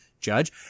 judge